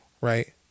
right